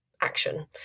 action